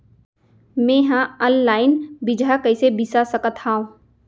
मे हा अनलाइन बीजहा कईसे बीसा सकत हाव